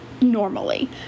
normally